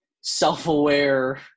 self-aware